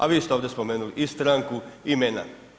A vi ste ovdje spomenuli i stranku i imena.